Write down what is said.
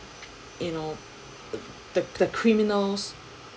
you know the the criminals